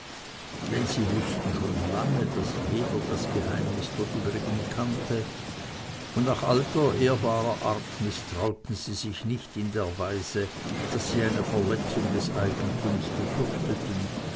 denn sie wußten schon lange daß jeder das geheimnis der übrigen kannte und nach alter ehrbarer art mißtrauten sie sich nicht in der weise daß sie eine verletzung des eigentums befürchteten